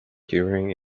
during